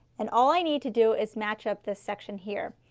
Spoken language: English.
and all i need to do is match up this section here.